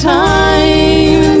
time